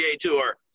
Tour